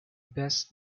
best